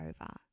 over